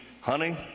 honey